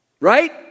Right